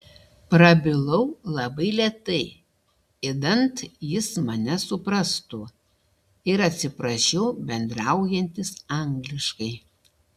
prabilau labai lėtai idant jis mane suprastų ir atsiprašiau bendraujantis angliškai